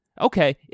Okay